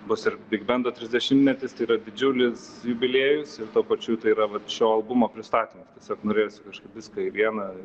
bus ir bigbendo trisdešimtmetis tai yra didžiulis jubiliejus ir tuo pačiu tai yra vat šio albumo pristatymas tiesiog norėjosi kažkaip viską į vieną